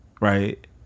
right